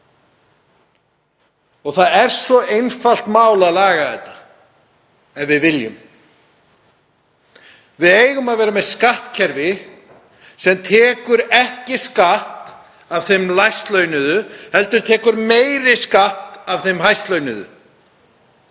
Það er svo einfalt mál að laga þetta ef við viljum. Við eigum að vera með skattkerfi sem tekur ekki skatt af þeim lægst launuðu heldur tekur meiri skatt af þeim hæst launuðu.